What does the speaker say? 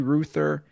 Ruther